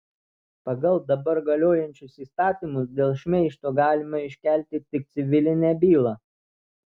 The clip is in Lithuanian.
pagal dabar galiojančius įstatymus dėl šmeižto galima iškelti tik civilinę bylą